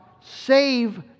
save